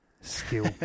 skill